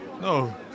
No